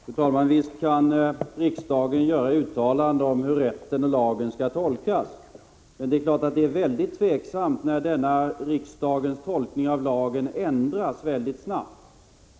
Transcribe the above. Fru talman! Visst kan riksdagen göra uttalanden om hur rätten och lagen skall tolkas. Men det är klart att det uppstår oro, när denna riksdagens tolkning av lagen ändras mycket snabbt.